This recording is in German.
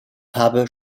farbe